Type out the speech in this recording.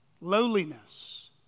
lowliness